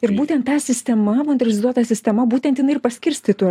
ir būtent ta sistema modernizuota sistema būtent jinai ir paskirstytų